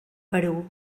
perú